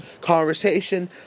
conversation